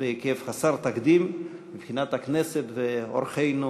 בהיקף חסר תקדים מבחינת הכנסת ואורחינו,